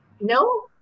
No